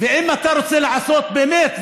ואם אתה רוצה לעשות באמת,